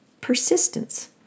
persistence